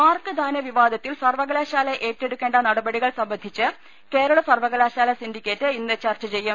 mark ദാന വിവാദത്തിൽ സർവ്വകലാശാല എടുക്കേണ്ട നട പടികൾ സംബന്ധിച്ച് കേരള സർവ്വകാശാല സിൻഡിക്കേറ്റ് ഇന്ന് ചർച്ച ചെയ്യും